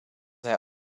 zij